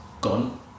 gone